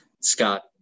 Scott